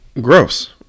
Gross